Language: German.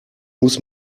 muss